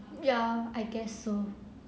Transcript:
ya I guess so